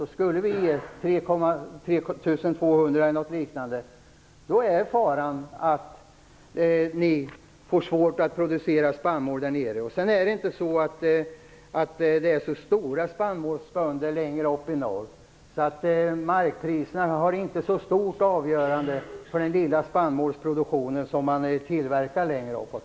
Om vi skulle ge 3 200 eller något liknande är faran att ni får svårt att producera spannmål där nere. Det är inte så att det finns stora spannmålsbönder längre upp i norr. Markpriserna har inte så stor betydelse för den lilla spannmålsproduktion som sker längre norrut.